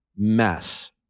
mess